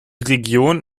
region